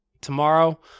Tomorrow